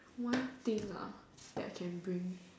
one thing that I can bring